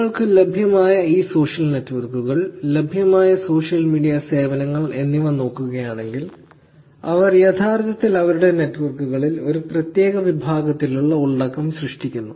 നമ്മൾക്ക് ലഭ്യമായ ഈ സോഷ്യൽ നെറ്റ്വർക്കുകൾ ലഭ്യമായ സോഷ്യൽ മീഡിയ സേവനങ്ങൾ എന്നിവ നോക്കുകയാണെങ്കിൽ അവർ യഥാർത്ഥത്തിൽ അവരുടെ നെറ്റ്വർക്കുകളിൽ ഒരു പ്രത്യേക വിഭാഗത്തിലുള്ള ഉള്ളടക്കം സൃഷ്ടിക്കുന്നു